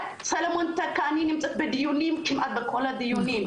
וסלומון טקה, אני נמצאת בדיונים, בכל הדיונים.